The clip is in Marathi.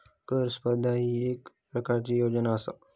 कर स्पर्धा ही येक प्रकारची योजना आसा